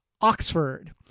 Oxford